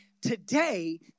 today